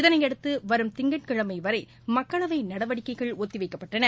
இதனையடுத்து வரும் திங்கட்கிழமை வரை மக்களவை நடவடிக்கைகள் ஒத்தி வைக்கப்பட்டன